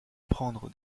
prendre